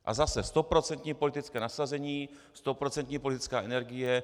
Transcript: A zase stoprocentní politické nasazení, stoprocentní politická energie .